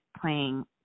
playing